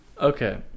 Okay